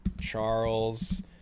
charles